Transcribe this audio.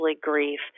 grief